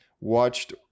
watched